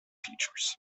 features